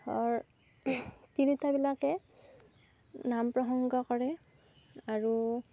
ধৰ তিৰোতাবিলাকে নাম প্ৰসঙ্গ কৰে আৰু